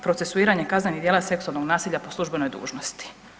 Procesuiranje kaznenih djela seksualnog nasilja po službenoj dužnosti.